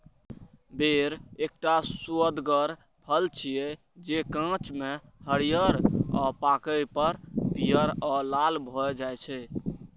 बेर एकटा सुअदगर फल छियै, जे कांच मे हरियर आ पाके पर पीयर आ लाल भए जाइ छै